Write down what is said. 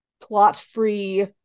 plot-free